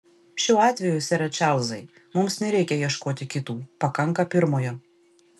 šiuo atveju sere čarlzai mums nereikia ieškoti kitų pakanka pirmojo